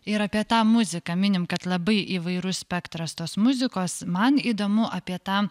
ir apie tą muziką minim kad labai įvairus spektras tos muzikos man įdomu apie tą